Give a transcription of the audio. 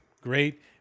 great